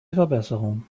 verbesserung